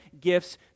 gifts